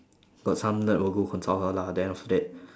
got some nerd will go consult her lah then after that